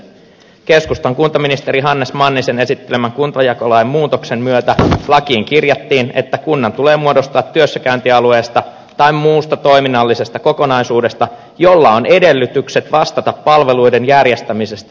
keskustan kuntaministeri hannes mannisen esittelemän kuntajakolain muutoksen myötä lakiin kirjattiin että kunnan tulee muodostua työssäkäyntialueesta tai muusta toiminnallisesta kokonaisuudesta jolla on edellytykset vastata palveluiden järjestämisestä ja rahoituksesta